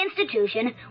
Institution